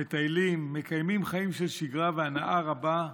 מטיילים, מקיימים חיים של שגרה והנאה רבה,